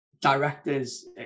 directors